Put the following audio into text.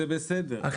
בסדר.